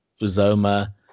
Uzoma